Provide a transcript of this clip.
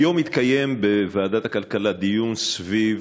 היום התקיים בוועדת הכלכלה דיון סביב